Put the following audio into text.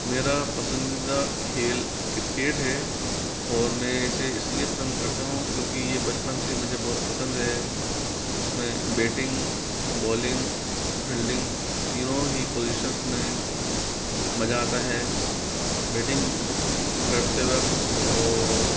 मेरा पसंदीदा खेल क्रिकेट है और मैं इसे इसलिए पसंद करता हूँ क्योंकि ये मुझे बचपन से बहुत पसंद है इसमें बेटिंग बॉलिंग फील्डिंग तीनों ही पोजीशन्स में मज़ा आता है बेटिंग करते वक़्त और